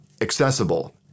accessible